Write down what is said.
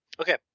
okay